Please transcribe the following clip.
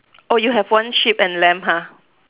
oh you have one sheep and lamb ha